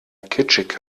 kitschig